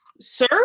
Sir